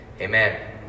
Amen